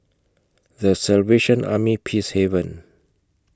The Salvation Army Peacehaven